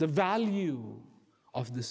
the value of the